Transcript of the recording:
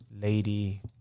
lady